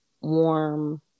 warm